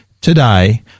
today